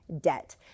debt